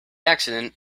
accident